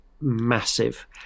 massive